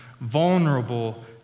vulnerable